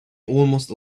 almost